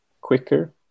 quicker